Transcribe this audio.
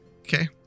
Okay